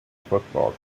football